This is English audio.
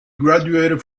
graduated